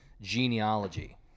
genealogy